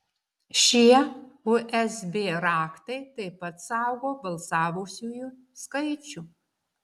šie usb raktai taip pat saugo balsavusiųjų skaičių